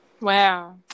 Wow